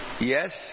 yes